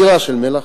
כמות אדירה של מלח.